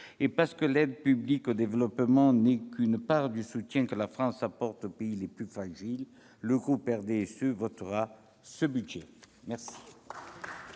et parce que l'aide publique au développement n'est qu'une part du soutien que la France apporte aux pays les plus fragiles, le groupe du RDSE votera ce budget. La